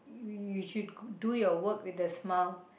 you you should do your work with a smile